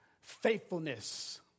faithfulness